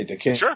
Sure